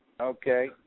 Okay